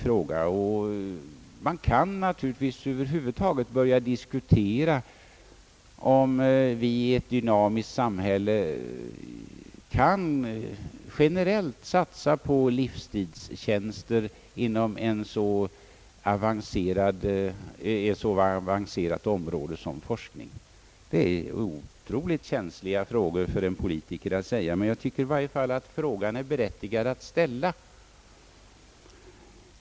Man kan naturligtvis över huvud taget diskutera, om vi i ett dynamiskt samhälle kan generellt satsa på livstidstjänster inom ett så avancerat område som forskning. Det är otroligt känsliga frågor för en politiker, men jag tycker i varje fall att det är berättigat att ställa frågan.